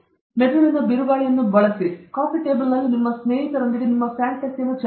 ಮೆದುಳಿನ ಬಿರುಗಾಳಿಯನ್ನು ಬಳಸಿ ಕಾಫಿ ಟೇಬಲ್ನಲ್ಲಿ ನಿಮ್ಮ ಸ್ನೇಹಿತರೊಂದಿಗೆ ಚರ್ಚಿಸಿ